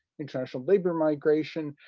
international labor migration.